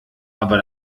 aber